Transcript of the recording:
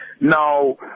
Now